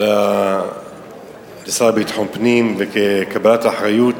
לביטחון פנים כקבלת אחריות,